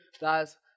Guys